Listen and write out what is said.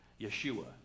Yeshua